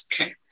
okay